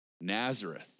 Nazareth